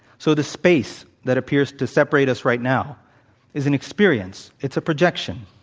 so, the space that appears to separate us right now is an experience. it's a projection.